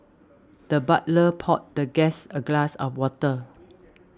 the butler poured the guest a glass of water